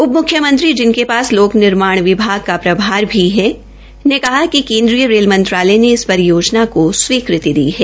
उप मुख्यमंत्री जिनकें पास लोक निमार्ण विभाग का प्रभार भी है ने कहा कि केन्द्रीय रेल मंत्रालय ने इस परियोजना को स्वीकृति दी है